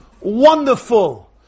wonderful